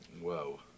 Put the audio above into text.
Whoa